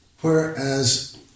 Whereas